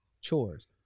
chores